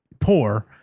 poor